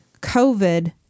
COVID